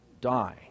die